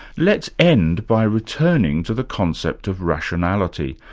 let's end by returning to the concept of rationality,